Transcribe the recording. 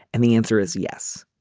and the answer is yes.